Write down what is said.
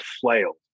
flailed